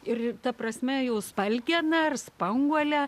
ir ta prasme jau spalgena ar spanguolė